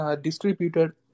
distributed